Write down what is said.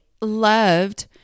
loved